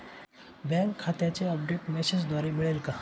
Bank खात्याचे update मेसेजद्वारे मिळेल का?